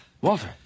Walter